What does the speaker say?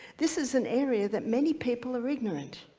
this is an area that many people are ignorant.